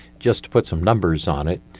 just to put some numbers on it,